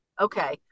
Okay